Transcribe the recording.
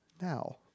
now